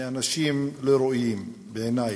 על-ידי אנשים לא ראויים בעיני.